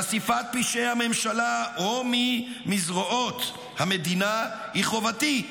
חשיפת פשעי הממשלה או מי מזרועות המדינה היא חובתי,